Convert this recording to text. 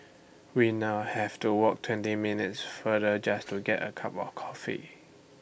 we now have to walk twenty minutes farther just to get A cup of coffee